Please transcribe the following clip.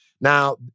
Now